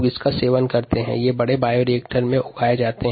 इसका उत्पादन बड़े बायोरिएक्टर में किया जाता हैं